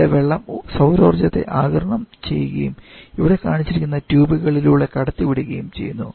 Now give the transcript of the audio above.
ഇവിടെ വെള്ളം സൌരോർജ്ജത്തെ ആഗിരണം ചെയ്യുകയും ഇവിടെ കാണിച്ചിരിക്കുന്ന ട്യൂബുകളിലൂടെ കടത്തിവിടുകയും ചെയ്യുന്നു